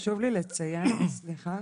סליחה